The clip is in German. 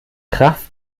kraft